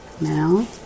now